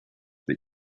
but